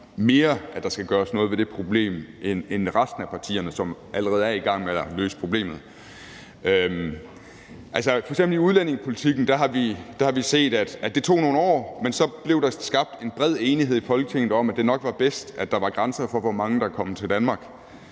mener, at der skal gøres noget ved det problem, end resten af partierne, som allerede er i gang med at løse problemet. F.eks. har vi i udlændingepolitikken set, at det tog nogle år, men at der så blev skabt en bred enighed i Folketinget om, at det nok var bedst, at der var grænser for, hvor mange der kom til Danmark,